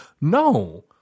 No